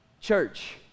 Church